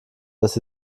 dass